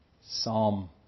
Psalm